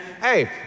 hey